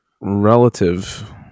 relative